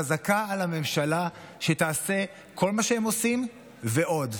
חזקה על הממשלה שתעשה כל מה שהם עושים ועוד.